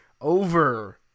over